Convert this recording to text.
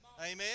amen